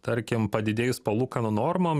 tarkim padidėjus palūkanų normom